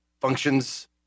functions